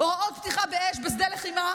הוראות פתיחה באש בשדה לחימה